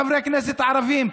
חברי הכנסת הערבים,